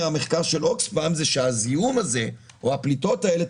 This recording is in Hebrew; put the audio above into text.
המחקר של אוקספם מראה שהזיהום הזה או הפליטות האלה,